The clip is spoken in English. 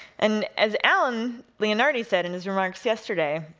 and as alan leonardi said in his remarks yesterday,